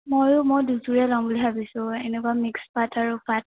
ময়ো মই দুযোৰে ল'ম বুলি ভাবিছোঁ এনেকুৱা মিক্স পাট আৰু পাট